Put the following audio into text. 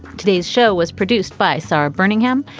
today's show was produced by sara birmingham.